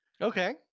Okay